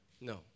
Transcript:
No